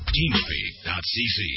TeamSpeak.cc